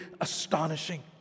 astonishing